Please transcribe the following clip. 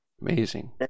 amazing